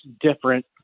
different